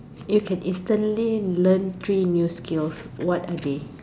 you can instantly learn three new skills what are they